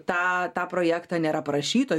tą tą projektą nėra parašyto